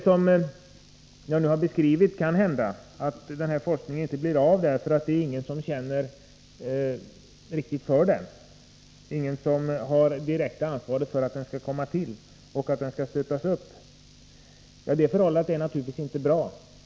Som jag beskrivit kan det hända att denna forskning inte blir av därför att ingen riktigt känner för den. Ingen har det direkta ansvaret för att den skall komma till stånd och stöttas upp. Det är naturligtvis inte ett bra förhållande.